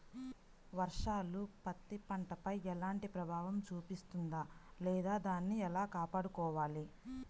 వర్షాలు పత్తి పంటపై ఎలాంటి ప్రభావం చూపిస్తుంద లేదా దానిని ఎలా కాపాడుకోవాలి?